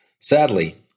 Sadly